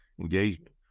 engagement